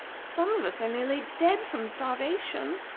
some of us are nearly dead from starvation.